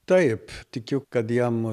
taip tikiu kad jam